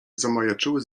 zamajaczyły